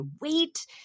wait